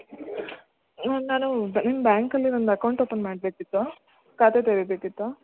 ನಾನು ನಿಮ್ಮ ಬ್ಯಾಂಕಲ್ಲಿ ಒಂದು ಅಕೌಂಟ್ ಓಪನ್ ಮಾಡಬೇಕಿತ್ತು ಖಾತೆ ತೆರೀಬೇಕಿತ್ತು